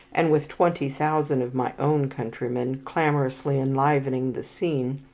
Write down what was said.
and with twenty thousand of my own countrymen clamorously enlivening the scene,